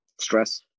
Stress